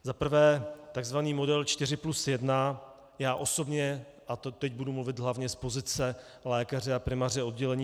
Za prvé tzv. model 4+1 já osobně, a teď budu mluvit hlavně z pozice lékaře a primáře oddělení.